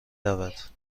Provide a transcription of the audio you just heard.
رود